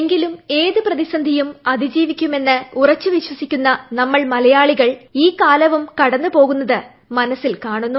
എങ്കിലും ഏത് പ്രതിസന്ധിയും അതിജീവിക്കുമെന്ന് ഉറച്ച് വിശ്വസിക്കുന്ന നമ്മൾ മലയാളികൾ ഈ കാലവും കടന്ന് പോകുന്നത് മനസിൽ കാണുന്നു